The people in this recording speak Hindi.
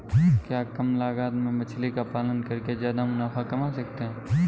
क्या कम लागत में मछली का पालन करके ज्यादा मुनाफा कमा सकते हैं?